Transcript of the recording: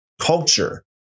culture